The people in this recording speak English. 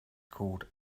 called